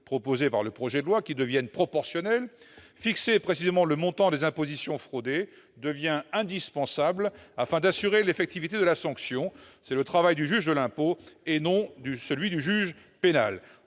prévue dans le projet de loi, qui deviennent proportionnelles, fixer précisément le montant des impositions fraudées devient indispensable afin d'assurer l'effectivité de la sanction. C'est le travail du juge de l'impôt, et non celui du juge pénal.